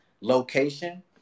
location